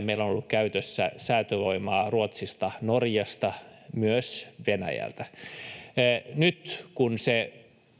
Meillä on ollut käytössä säätövoimaa Ruotsista, Norjasta, myös Venäjältä. Nyt, kun